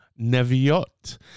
Neviot